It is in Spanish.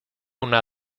una